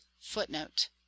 footnote